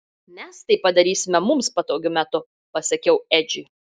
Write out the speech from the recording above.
mes tai padarysime mums patogiu metu pasakiau edžiui